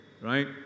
right